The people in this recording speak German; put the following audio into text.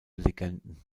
legenden